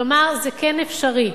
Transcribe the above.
כלומר, זה כן אפשרי.